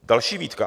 Další výtka.